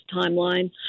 timeline